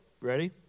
Ready